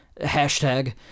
hashtag